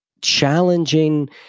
challenging